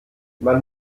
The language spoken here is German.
man